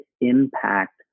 impact